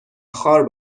خوار